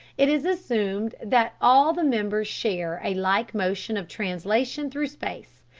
it is assumed that all the members share a like motion of translation through space,